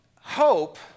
Hope